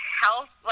health